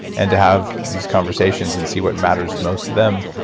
and to have these conversations and see what matters most to them,